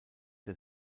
der